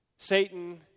Satan